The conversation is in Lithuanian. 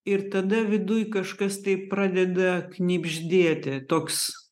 ir tada viduj kažkas taip pradeda knibždėti toks